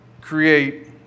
create